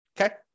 Okay